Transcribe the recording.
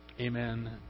amen